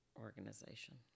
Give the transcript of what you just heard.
organization